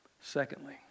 Secondly